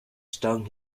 stung